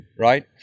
right